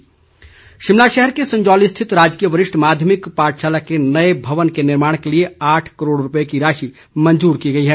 सुरेश भारद्वाज शिमला शहर के संजौली स्थित राजकीय वरिष्ठ माध्यमिक पाठशाला के नए भवन के निर्माण के लिए आठ करोड़ रुपए की राशि मंजूर की गई है